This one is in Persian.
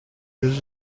روز